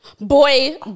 Boy